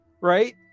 right